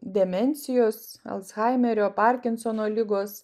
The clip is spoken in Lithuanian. demencijos alzhaimerio parkinsono ligos